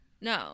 no